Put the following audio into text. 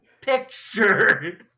picture